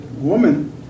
woman